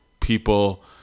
people